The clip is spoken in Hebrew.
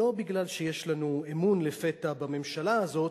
לא כי יש לנו אמון לפתע בממשלה הזאת,